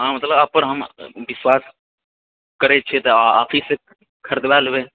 हँ मतलब अपन हम विश्वास करैत छिऐ तऽ आपहीसँ खरीदबा लेबए